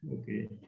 Okay